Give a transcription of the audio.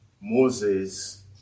Moses